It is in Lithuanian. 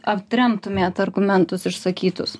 atremtumėt argumentus išsakytus